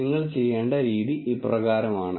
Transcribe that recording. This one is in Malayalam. അതിനാൽ നിങ്ങൾ ചെയ്യേണ്ട രീതി ഇപ്രകാരമാണ്